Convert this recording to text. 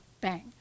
bang